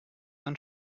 dann